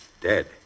Dead